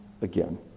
again